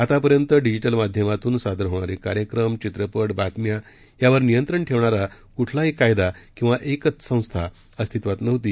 आत्तापर्यंत डिजिटल माध्यमातून सादर होणारे कार्यक्रम चित्रपट बातम्या यावर नियंत्रण ठेवणारा कूठलाही कायदा अथवा एकच एक संस्था अस्तित्वात नव्हती